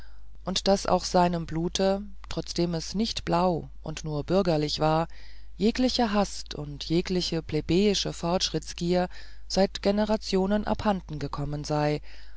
und daß auch seinem blute trotzdem es nicht blau und nur bürgerlich war jegliche hast und jegliche plebejische fortschrittsgier seit generationen abhanden gekommen sei